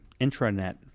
intranet